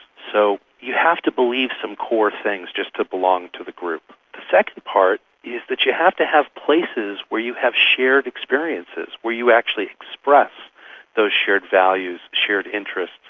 so you have to believe some core things just to belong to the group. the second part is that you have to have places where you have shared experiences, where you actually express those shared values, shared interests,